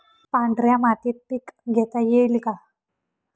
पांढऱ्या मातीत पीक घेता येईल का?